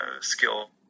skill